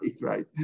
right